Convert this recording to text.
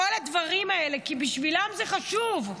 כל הדברים האלה, כי בשבילם זה חשוב,